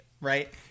right